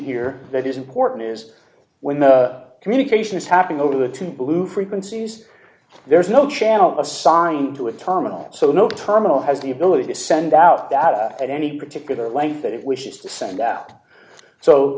here that is important is when the communication is happening over to blue frequencies there's no channel assigned to a terminal so no terminal has the ability to send out data at any particular length that it wishes to send out so